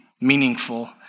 meaningful